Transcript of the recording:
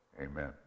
Amen